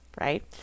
right